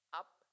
up